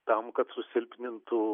tam kad susilpnintų